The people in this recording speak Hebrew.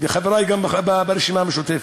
וגם חברי ברשימה המשותפת.